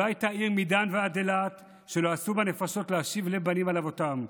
לא הייתה עיר מדן ועד אילת שהם לא עשו בה נפשות להשיב לב בנים על אבותם.